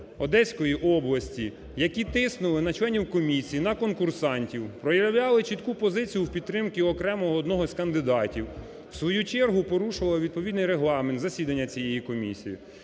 Одеської області, які тиснули на членів комісії, на конкурсантів, проявляли чітку позицію в підтримці окремого одного із кандидатів, в свою чергу порушували відповідний регламент засідання цієї комісії,